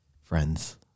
friends